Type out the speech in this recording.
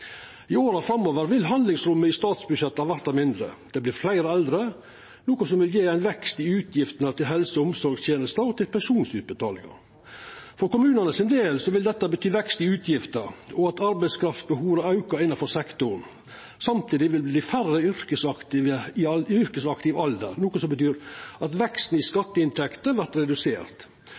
I åra framover vil handlingsrommet i statsbudsjetta verta mindre. Det vert fleire eldre, noko som vil gje ein vekst i utgiftene til helse- og omsorgstenestene og i pensjonsutbetalingane. For kommunane sin del vil dette bety vekst i utgiftene og at arbeidskraftbehovet aukar innanfor sektoren. Samtidig vil det verta færre i yrkesaktiv alder, noko som betyr at veksten i skatteinntektene vert redusert.